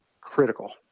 critical